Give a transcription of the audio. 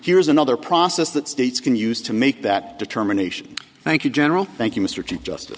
here's another process that states can use to make that determination thank you general thank you mr chief justice